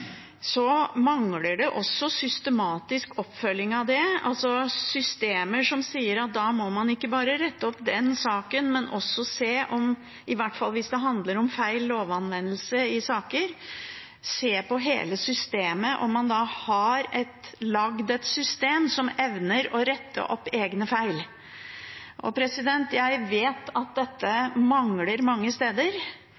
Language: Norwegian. mangler det også en systematisk oppfølging av det, altså systemer som sier at da må man ikke rette opp bare den saken, men også– i hvert fall hvis det handler om feil lovanvendelse – se på hele systemet og se om man har laget et system som evner å rette opp egne feil. Jeg vet at dette